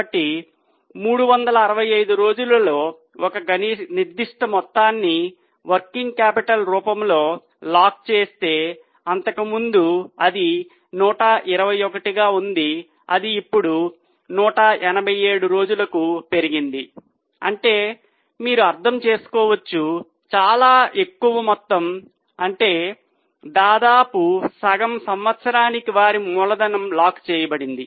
కాబట్టి 365 రోజులలో ఒక నిర్దిష్ట మొత్తాన్ని వర్కింగ్ క్యాపిటల్ రూపంలో లాక్ చేస్తే అంతకుముందు అది 121 గా ఉంది అది ఇప్పుడు 187 రోజులకు పెరిగింది అంటే మీరు అర్థం చేసుకోవచ్చు చాలా ఎక్కువ మొత్తం అంటే దాదాపు సగం సంవత్సరానికి వారి పని మూలధనం లాక్ చేయబడింది